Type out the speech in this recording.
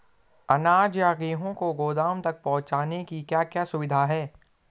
अनाज या गेहूँ को गोदाम तक पहुंचाने की क्या क्या सुविधा है?